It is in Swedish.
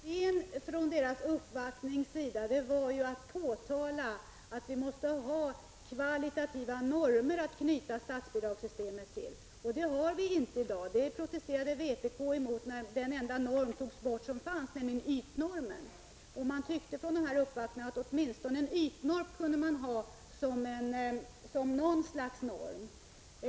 Herr talman! Idén med uppvaktningen var ju att man ville påtala att vi måste ha kvalitativa normer att knyta statsbidragssystemet till. Det har vi inte i dag, och det protesterade vpk emot när den enda normen som fanns togs bort, nämligen ytnormen. De uppvaktande tyckte att åtminstone en ytnorm borde finnas.